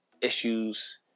issues